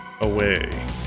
away